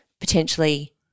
potentially